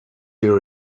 your